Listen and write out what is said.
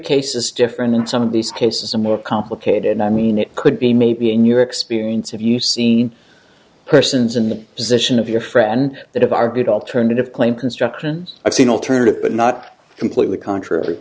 case is different and some of these cases are more complicated and i mean it could be maybe in your experience have you seen persons in the position of your friend that have argued alternative claim constructions i've seen alternative but not completely contrary